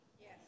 Yes